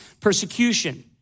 persecution